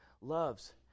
loves